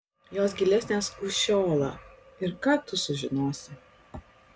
jos gilesnės už šeolą ir ką tu sužinosi